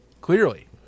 clearly